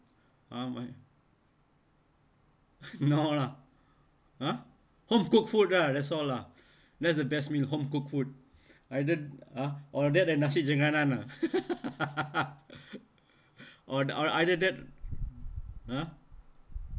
ah my no lah ah home cooked food lah that's all lah that's the best meal home-cooked food either uh or that and nasi or either that uh